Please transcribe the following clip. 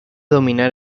dominar